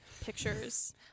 pictures